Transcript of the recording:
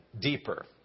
deeper